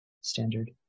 Standard